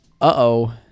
uh-oh